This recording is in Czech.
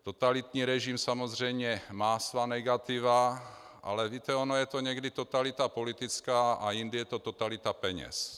Totalitní režim samozřejmě má svá negativa, ale víte, ona je to někdy totalita politická a jindy je to totalita peněz.